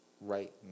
right